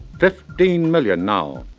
fifteen million now.